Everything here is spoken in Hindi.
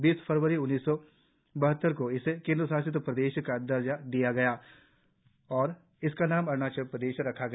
बीस जनवरी उन्नीस सौ बहत्तर को इसे केन्द्रशासित प्रदेश का दर्जा दिया गया और इसका नाम अरुणाचल प्रदेश किया गया